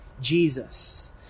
Jesus